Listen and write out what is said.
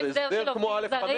זה הסדר שונה מ-א/5?